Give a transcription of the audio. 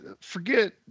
forget